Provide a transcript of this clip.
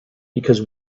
because